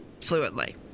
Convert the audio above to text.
fluently